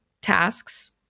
tasks